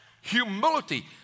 humility